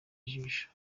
ijisho